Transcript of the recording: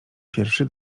pierwszy